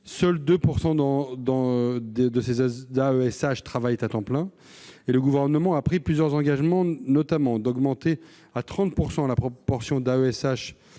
seuls 2 % d'entre eux travaillent à temps plein. Le Gouvernement a pris plusieurs engagements, notamment de porter à 30 % la proportion d'AESH